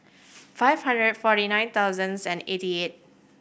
five hundred forty nine thousands and eighty eight